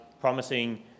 promising